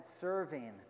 serving